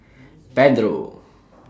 Pedro